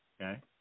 Okay